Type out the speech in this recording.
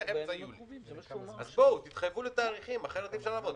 אז תתחייבו לתאריכים, אחרת אי-אפשר לעבוד.